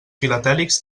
filatèlics